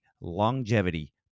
longevity